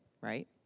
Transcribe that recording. right